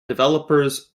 developers